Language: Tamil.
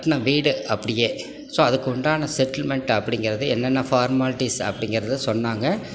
கட்டின வீடு அப்படியே ஸோ அதுக்கு உண்டான செட்டில்மென்ட் அப்படிங்கறது என்னென்ன ஃபார்மாலிட்டீஸ் அப்படிங்கறது சொன்னாங்க